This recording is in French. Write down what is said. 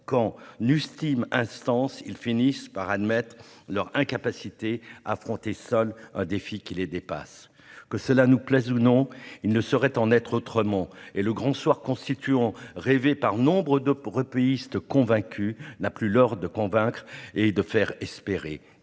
lorsqu'en ultime instance, ils finissent par admettre leur incapacité à affronter seuls un défi qui les dépasse. Que cela nous plaise ou non, il ne saurait en être autrement, et le « Grand Soir constituant », rêvé par nombre d'européistes convaincus, n'a plus l'heur de convaincre et de faire espérer.